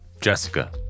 Jessica